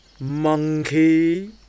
Monkey